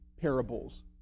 parables